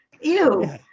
Ew